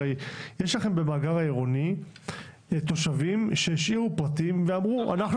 הרי יש לכם במאגר העירוני נתונים על תושבים שהשאירו פרטים ואמרו: אנחנו